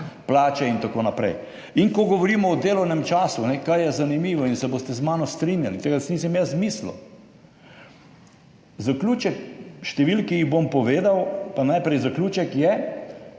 plače in tako naprej. In ko govorimo o delovnem času, kar je zanimivo in se boste z mano strinjali, tega si nisem jaz izmislil, zaključek številk, ki jih bom povedal, je, da imajo